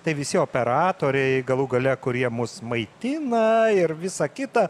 tai visi operatoriai galų gale kurie mus maitina ir visa kita